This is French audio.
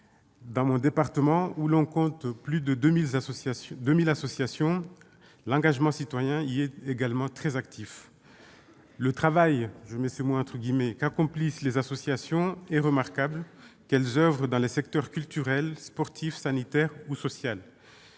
Dans mon département, où l'on compte plus de 2 000 associations, l'engagement citoyen est également très actif. Le « travail »- je mets des guillemets à dessein -qu'accomplissent les associations est remarquable, qu'elles oeuvrent dans les secteurs culturel, sportif, sanitaire ou social.